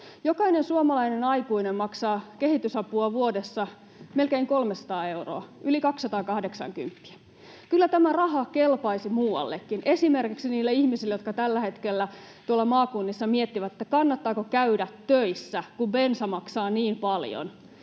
Jokainen suomalainen aikuinen maksaa vuodessa kehitysapua melkein 300 euroa, yli 280. Kyllä tämä raha kelpaisi muuallekin, esimerkiksi niille ihmisille, jotka tällä hetkellä tuolla maakunnissa miettivät, kannattaako käydä töissä, kun bensa maksaa niin paljon,